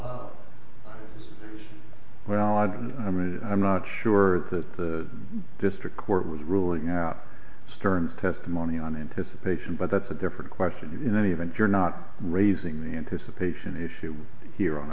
as well i don't i mean i'm not sure that the district court was ruling out stern's testimony on anticipation but that's a different question in any event you're not raising the anticipation issue here on